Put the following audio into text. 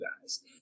guys